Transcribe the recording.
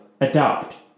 adapt